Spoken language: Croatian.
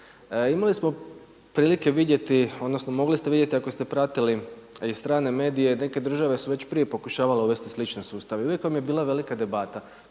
Imali smo prilike vidjeti, odnosno mogli ste vidjeti ako ste pratili i strane medije neke države su već prije pokušavale uvesti slične sustave. I uvijek vam je bila velika debata